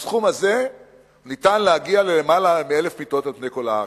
בסכום הזה ניתן להגיע ליותר מ-1,000 מיטות על-פני כל הארץ.